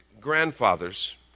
Grandfathers